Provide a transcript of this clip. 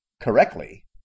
correctly